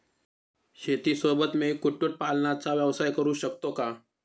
शेतीसोबत मी कुक्कुटपालनाचा व्यवसाय करु शकतो का?